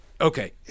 Okay